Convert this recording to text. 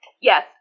Yes